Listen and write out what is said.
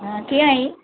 हा कीअं आहीं